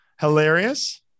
hilarious